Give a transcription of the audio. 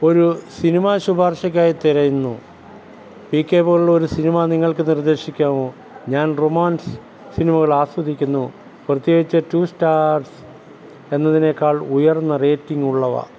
ഒരു സിനിമ ശുപാർശക്കായി തിരയുന്നു പികെ പോലെയുള്ള ഒരു സിനിമ നിങ്ങൾക്ക് നിർദ്ദേശിക്കാമോ ഞാൻ റൊമാൻസ് സിനിമകൾ ആസ്വദിക്കുന്നു പ്രത്യേകിച്ച് ടു സ്റ്റാർസ് എന്നതിനേക്കാൾ ഉയർന്ന റേറ്റിംഗ് ഉള്ളവ